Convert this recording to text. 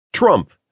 Trump